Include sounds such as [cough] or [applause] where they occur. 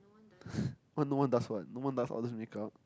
[breath] no one does what no one does all these make up